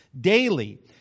Daily